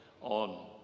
on